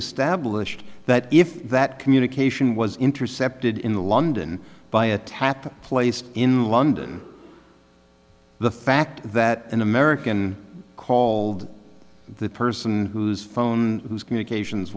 have stablished that if that communication was intercepted in london by a tap placed in london the fact that an american called the person whose phone whose communications